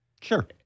Sure